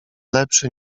lepszy